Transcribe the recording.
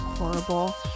horrible